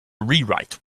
rewrite